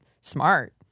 smart